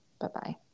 Bye-bye